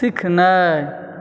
सिखनाइ